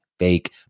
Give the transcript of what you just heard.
fake